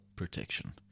protection